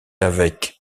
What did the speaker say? avec